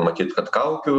matyt kad kaukių